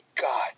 God